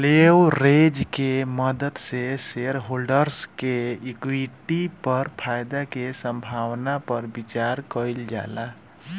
leverage के मदद से शेयरहोल्डर्स के इक्विटी पर फायदा के संभावना पर विचार कइल जाला